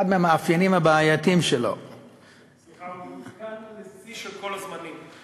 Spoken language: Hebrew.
אחד מהמאפיינים הבעייתיים שלו --- השכר עודכן לשיא של כל הזמנים.